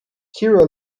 kira